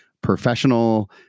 professional